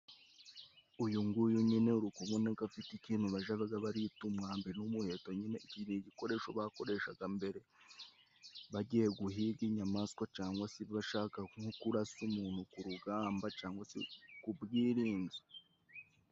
Uyu nguyu nyine uri kubona ko afite ikintu bajaga barita umwambi n'umuheto nyine iki ni igikoresho bakoreshaga mbere bagiye guhiga inyamaswa cyangwa se bashaka nko kurasa umuntu ku rugamba cyangwa se ku bwirinzi.